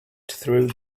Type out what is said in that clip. through